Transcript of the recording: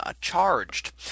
charged